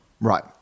Right